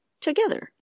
together